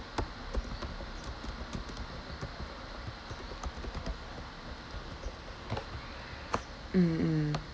mm